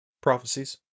prophecies